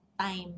time